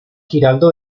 giraldo